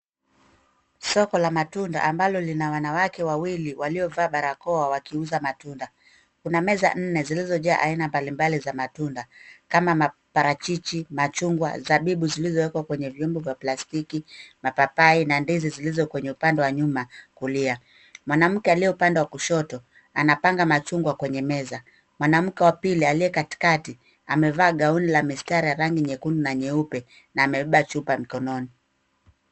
Soko la matunda ambalo lina wanawake wawili waliovaa barakoa wakiuza matunda. Kuna meza nne zilizojaa aina mbalimbali za matunda kama maparachichi, machungwa, zabibu zilizowekwa kwenye vyombo vya plastiki, mapapai na ndizi zilizo kwenye upande wa nyuma kulia. Mwanamke aliye upande wa kushoto anapangwa machungwa kwenye meza. Mwanamke wa pili aliye katikati amevaa gauni ya mistari nyekundu na nayeupe na amebeba chupa mkononi.